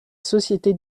société